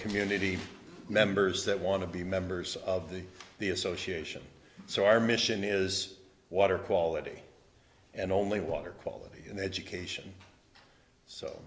community members that want to be members of the the association so our mission is water quality and only water quality and education so